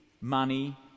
money